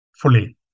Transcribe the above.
fully